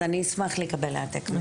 אז אני אשמח לקבל העתק.